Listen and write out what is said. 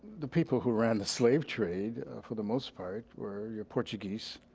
the people who ran the slave trade for the most part were portuguese,